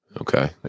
okay